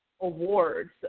awards